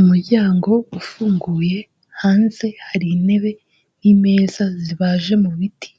Umuryango ufunguye hanze hari intebe n'imeza zibaje mu biti